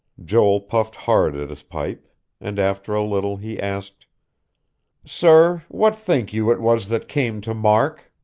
joel puffed hard at his pipe and after a little he asked sir, what think you it was that came to mark?